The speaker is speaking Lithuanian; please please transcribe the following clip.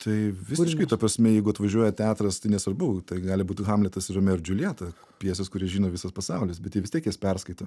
tai visiškai ta prasme jeigu atvažiuoja teatras tai nesvarbu tai gali būti hamletas ir romeo ir džiuljeta pjesės kurias žino visas pasaulis bet jie vis tiek jas perskaito